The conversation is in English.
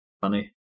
Funny